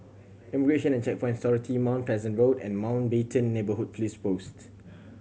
Immigration and Checkpoints Authority Mount Pleasant Road and Mountbatten Neighbourhood Police Post